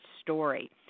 story